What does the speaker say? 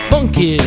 funky